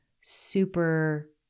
super